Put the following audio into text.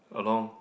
along